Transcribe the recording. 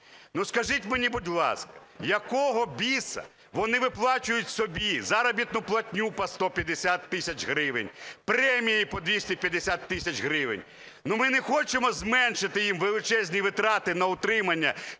скажіть мені, будь ласка, якого біса вона виплачують собі заробітну платню по 150 тисяч гривень, премії по 250 тисяч гривень. Ну, ми не хочемо зменшити їм величезні витрати на утримання